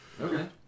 Okay